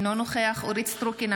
אינו נוכח אורית מלכה סטרוק,